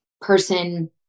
person